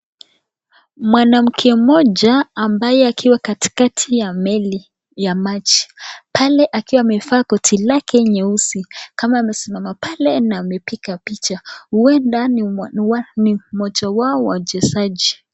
Mwanamke mmoja ambaye akiwa katikati ya meli ya maji, pale akiwa amevaa koti lake nyeusi kama amesimama pale na amepiga picha, huenda ni mmoja wao wachezaji.